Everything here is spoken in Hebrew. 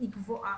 גבוהה,